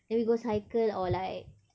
then we go cycle or like